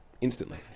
instantly